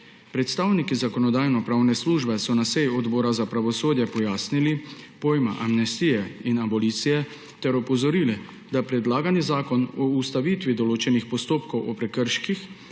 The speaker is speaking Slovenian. Predstavniki Zakonodajno-pravne službe so na seji Odbora za pravosodje pojasnili pojma amnestija in abolicija ter opozorili, da predlagani zakon o ustavitvi določenih postopkov o prekrških